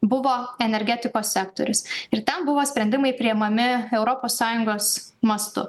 buvo energetikos sektorius ir ten buvo sprendimai priimami europos sąjungos mastu